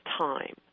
time